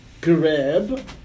grab